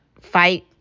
fight